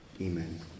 Amen